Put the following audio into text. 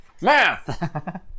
Math